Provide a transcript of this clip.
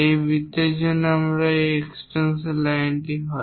এই বৃত্তের জন্য এই এক্সটেনশন লাইন হয়